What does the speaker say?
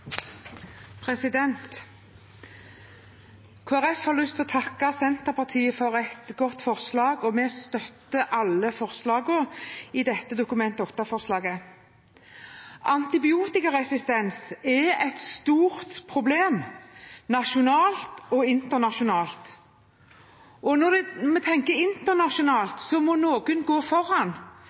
har lyst til å takke Senterpartiet for et godt forslag, og vi støtter alle forslagene i dette Dokument 8-forslaget. Antibiotikaresistens er et stort problem nasjonalt og internasjonalt. Når man tenker internasjonalt, må noen gå foran.